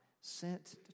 Sent